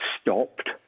stopped